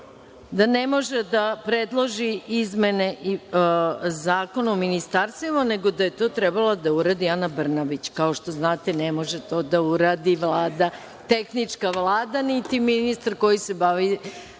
poslanik da predloži izmene Zakona o ministarstvima, nego da je to trebala da uradi Ana Brnabić. Kao što znate, ne može to da uradi tehnička Vlada, niti ministar koji se bavi